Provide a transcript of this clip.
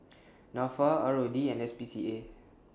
Nafa R O D and S P C A